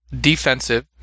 defensive